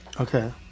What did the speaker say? Okay